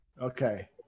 Okay